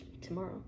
tomorrow